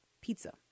pizza